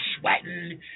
sweating